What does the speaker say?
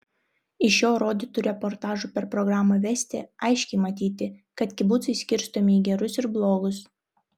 iš jo rodytų reportažų per programą vesti aiškiai matyti kad kibucai skirstomi į gerus ir blogus